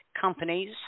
companies